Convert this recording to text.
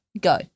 go